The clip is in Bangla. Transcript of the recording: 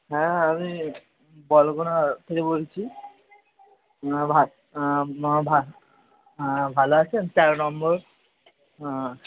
হ্যাঁ আমি বলগোনা থেকে বলছি ভালো আছেন তেরো নম্বর হ্যাঁ